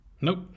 nope